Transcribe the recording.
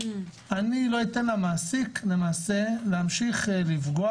אני לא אתן למעסיק למעשה להמשיך לפגוע